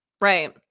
right